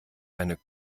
eine